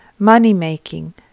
Money-making